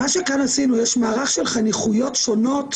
מה שכאן עשינו, יש מערך של חניכויות שונות,